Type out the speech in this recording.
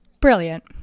brilliant